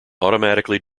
automatically